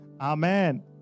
amen